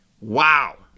Wow